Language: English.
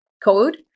code